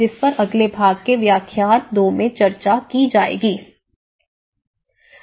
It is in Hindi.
जिस पर अगले भाग के व्याख्यान 2 में चर्चा की जाएगी और यह मेरे द्वारा विकसित किया गया व्याख्यान है